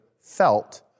felt